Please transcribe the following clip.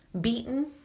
beaten